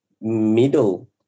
middle